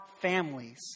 families